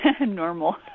Normal